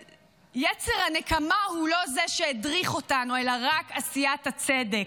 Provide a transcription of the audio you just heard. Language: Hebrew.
שיצר הנקמה הוא לא זה שהדריך אותנו אלא רק עשיית הצדק.